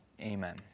Amen